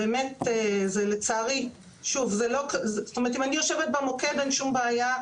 אם אני יושבת במוקד אין שום בעיה.